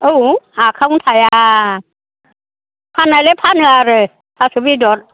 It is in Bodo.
औ आखाइयावनो थाया फाननायालाय फानो आरो थास' बेदर